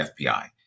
FBI